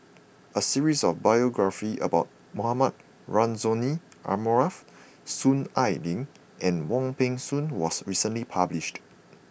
a series of biographies about Mohamed Rozani Maarof Soon Ai Ling and Wong Peng Soon was recently published